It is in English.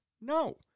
No